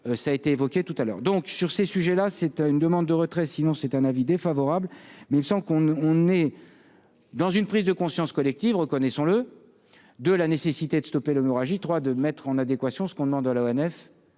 ça a été évoqué tout à l'heure donc, sur ces sujets-là, c'est une demande de retrait, sinon c'est un avis défavorable mais il sent qu'on ne on est dans une prise de conscience collective, reconnaissons-le, de la nécessité de stopper l'hémorragie trois de mettre en adéquation, ce qu'on demande l'ONF